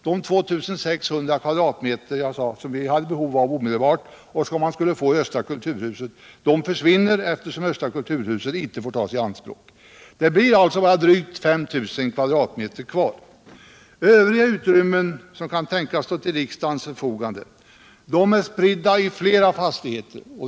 De 2 600 kvm jag sade att vi hade behov av omedelbart och som man skulle få i östra kulturhuset försvinner, eftersom detta inte får tas i anspråk. Det blir alltså bara drygt 5 000 kvm kvar. Övriga utrymmen som kan tänkas stå till riksdagens förfogande är spridda i flera fastigheter.